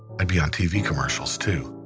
i'd be on tv commercials too.